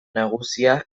nagusia